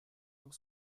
pour